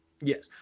Yes